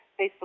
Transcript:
Facebook